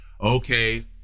Okay